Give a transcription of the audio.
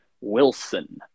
Wilson